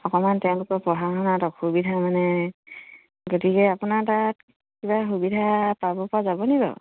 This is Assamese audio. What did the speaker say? অকমান তেওঁলোকৰ পঢ়া শুনাত অসুবিধা মানে গতিকে আপোনাৰ তাত কিবা সুবিধা পাবপৰা যাব নেকি বাৰু